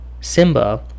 Simba